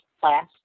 class